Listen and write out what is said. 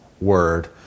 word